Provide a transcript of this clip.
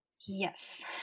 Yes